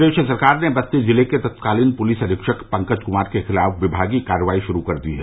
प्रदेश सरकार ने बस्ती जिले के तत्कालीन पुलिस अधीक्षक पंकज कुमार के खिलाफ विभागीय कार्रवाई शुरू कर दी है